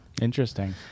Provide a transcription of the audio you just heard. interesting